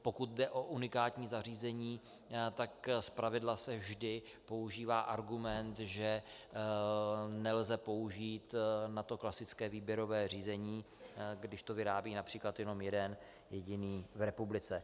Pokud jde o unikátní zařízení, tak zpravidla se vždy používá argument, že na to nelze použít klasické výběrové řízení, když to vyrábí například jenom jeden jediný v republice.